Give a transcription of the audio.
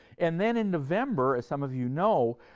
and then in november, as some of you know,